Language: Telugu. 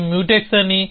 అవి మ్యూటెక్స్ అని